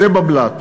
זה בבל"ת.